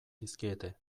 dizkiete